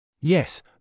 Yes